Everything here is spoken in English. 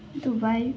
Dubai